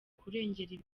kurengera